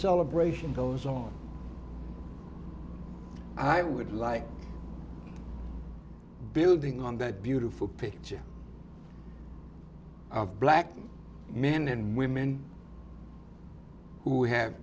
celebration goes on i would like building on that beautiful picture of black men and women who have